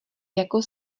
jako